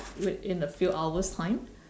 in a few hours time